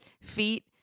feet